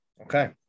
okay